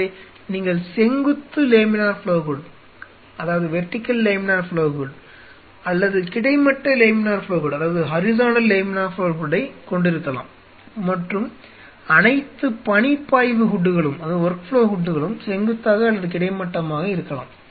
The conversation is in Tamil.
எனவே நீங்கள் செங்குத்து லேமினார் ஃப்ளோ ஹூட் அல்லது கிடைமட்ட லேமினார் ஃப்ளோ ஹூட் ஆகியவற்றைக் கொண்டிருக்கலாம் மற்றும் அனைத்து பணிப்பாய்வு ஹூட்டுகளும் செங்குத்தாக அல்லது கிடைமட்டமாக இருக்கலாம்